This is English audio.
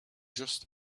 just